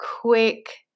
quick